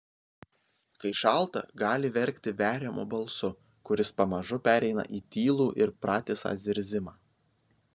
kai šalta gali verkti veriamu balsu kuris pamažu pereina į tylų ir pratisą zirzimą